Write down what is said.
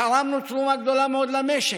תרמנו תרומה גדולה מאוד למשק,